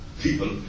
people